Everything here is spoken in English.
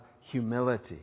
humility